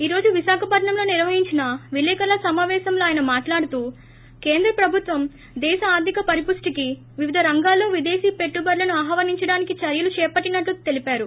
ఈ రోజు విశాఖపట్నం లో నిర్వహించిన విలేఖరుల సమాపేశం లో ఆయన మాట్లాడుతూ కేంద్ర ప్రభుత్వం దేశ ఆర్ధిక పరిపుష్టికి వివిధ రంగాల్లో విదేశీపెట్టుబడులను ఆహ్వానించడానికి చర్యలు చేపట్టినట్లు చెప్పారు